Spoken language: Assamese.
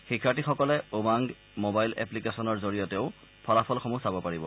শিক্ষাৰ্থীসকলে উমাংগ মোবাইল এপ্লিকেশ্যনৰ জৰিয়তেও ফলাফলসমূহ চাব পাৰিব